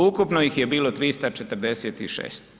Ukupno ih je bilo 346.